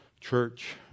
church